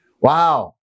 Wow